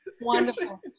Wonderful